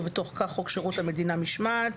ובתוך כך חוק שירות המדינה (משמעת),